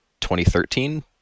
2013